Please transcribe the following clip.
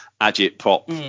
agit-pop